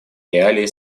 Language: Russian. реалии